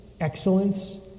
excellence